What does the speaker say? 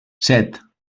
set